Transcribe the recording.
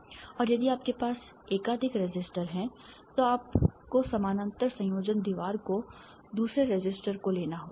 और यदि आपके पास एकाधिक रेसिस्टर हैं तो आपको समानांतर संयोजन दीवार को दूसरे रेसिस्टर को लेना होगा